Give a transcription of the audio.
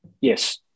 Yes